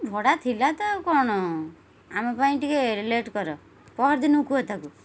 ଭଡ଼ା ଥିଲା ତ ଆଉ କ'ଣ ଆମ ପାଇଁ ଟିକେ ଲେଟ୍ କର ପହରି ଦିନ କୁହେ ତାକୁ